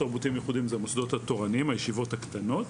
את הישיבות הקטנות.